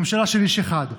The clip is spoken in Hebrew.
ממשלה של איש אחד.